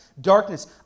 darkness